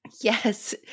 Yes